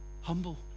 humble